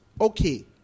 okay